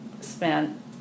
spent